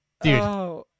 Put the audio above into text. Dude